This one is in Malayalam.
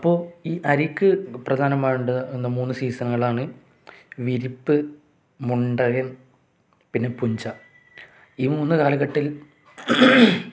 അപ്പോ ഈ അരിക്ക് പ്രധാനമായി വേണ്ടത് മൂന്ന് സീസണുകളാണ് വിരിപ്പ് മുണ്ടകൻ പിന്നെ പുഞ്ച ഈ മൂന്ന് കാലഘട്ടത്തിൽ